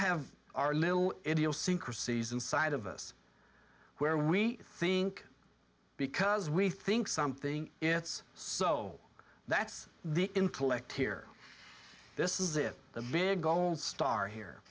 have our little idiosyncrasies inside of us where we think because we think something it's so that's the intellect here this is it the big gold star here